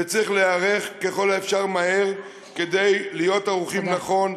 וצריך להיערך מהר ככל האפשר כדי להיות ערוכים נכון,